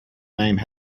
name